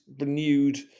renewed